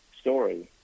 story